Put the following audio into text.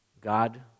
God